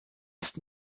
ist